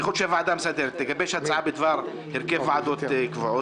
ככל שהוועדה המסדרת תגבש הצעה בדבר הרכב ועדות קבועות